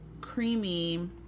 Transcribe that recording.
Creamy